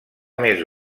més